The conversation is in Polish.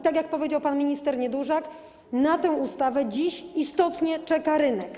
Tak jak powiedział pan minister Niedużak, na tę ustawę dziś istotnie czeka rynek.